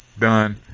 done